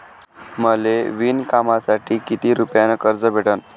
मले विणकामासाठी किती रुपयानं कर्ज भेटन?